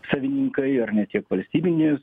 savininkai ar ne tiek valstybinis